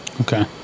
okay